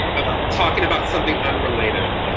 ah talking about something unrelated